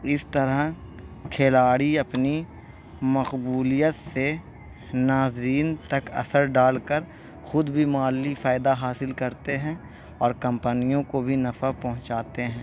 اس طرح کھلاڑی اپنی مقبولیت سے ناظرین تک اثر ڈال کر خود بھی مالی فائدہ حاصل کرتے ہیں اور کمپنیوں کو بھی نفع پہنچاتے ہیں